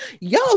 Yo